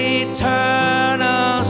eternal